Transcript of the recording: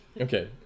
okay